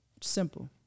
simple